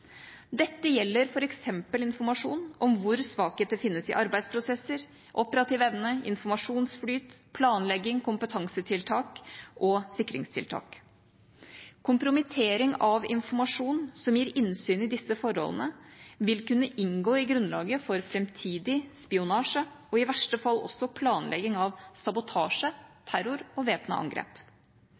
Dette gjelder f.eks. informasjon om hvor svakheter finnes i arbeidsprosesser, operativ evne, informasjonsflyt, planlegging, kompetansetiltak og sikringstiltak. Kompromittering av informasjon som gir innsyn i disse forholdene, vil kunne inngå i grunnlaget for framtidig spionasje og i verste fall også i planlegging av sabotasje, terror og væpnet angrep.